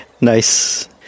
nice